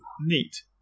neat